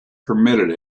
permitted